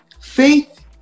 faith